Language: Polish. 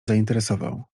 zainteresował